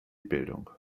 bildung